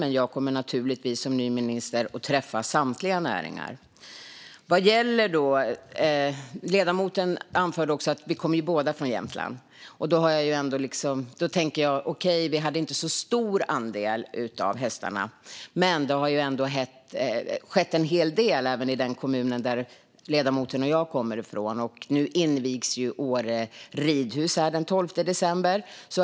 Men jag kommer naturligtvis som ny minister att träffa samtliga näringar. Vi kommer båda från Jämtland som inte har en så stor andel av hästarna. Men det har ändå skett en hel del även i den kommun som ledamoten och jag kommer ifrån. Nu invigs Åre ridhus den 12 december.